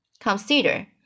consider